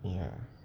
ya